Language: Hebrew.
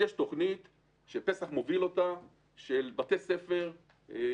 יש תוכנית של בתי הספר שמוביל פס"ח,